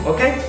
Okay